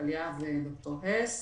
טלי וד"ר הס,